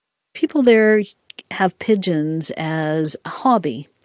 people there have pigeons as a hobby.